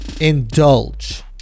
indulge